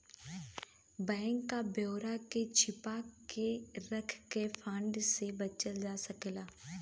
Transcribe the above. bank क ब्यौरा के छिपा के रख से फ्रॉड से बचल जा सकला